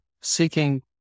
seeking